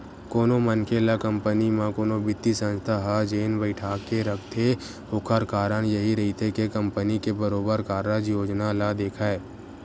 कोनो मनखे ल कंपनी म कोनो बित्तीय संस्था ह जेन बइठाके रखथे ओखर कारन यहीं रहिथे के कंपनी के बरोबर कारज योजना ल देखय